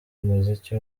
umuziki